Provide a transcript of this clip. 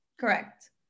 Correct